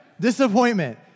disappointment